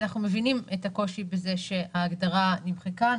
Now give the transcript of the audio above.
אנחנו מבינים את הקושי בזה שההגדרה נמחקה.